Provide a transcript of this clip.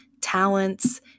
talents